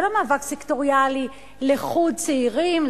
זה לא מאבק סקטוריאלי לחוד צעירים,